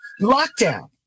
lockdown